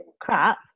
crap